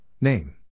name